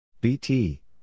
BT